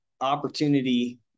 opportunity